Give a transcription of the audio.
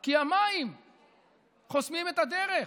כי המים חוסמים את הדרך.